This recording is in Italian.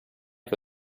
che